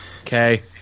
okay